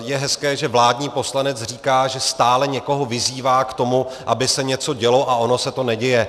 Je hezké, že vládní poslanec říká, že stále někoho vyzývá k tomu, aby se něco dělo, a ono se to neděje.